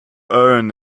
earn